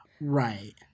Right